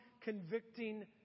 convicting